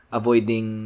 avoiding